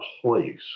place